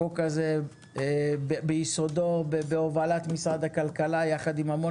החוק הזה ביסודו בהובלת משרד הכלכלה יחד עם המון